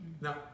No